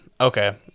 Okay